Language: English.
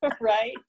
right